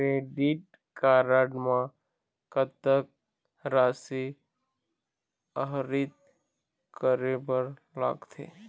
Credit card म कतक राशि आहरित करे बर लगथे?